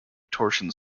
torsion